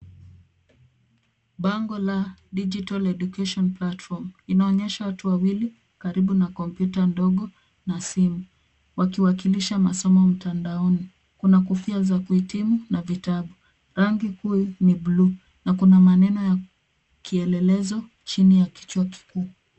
Bango la Digital Education Platform inaonesha watu wawili karibu na kompyuta ndogo na simu wakiwakilisha masomo mtandaoni. Kuna kofia za kuhitimu na vitabu. Rangi kuu ni buluu na kuna maneno ya kielelezo chini ya kichuo kikuu.